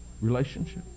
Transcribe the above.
relationship